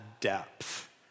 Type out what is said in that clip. depth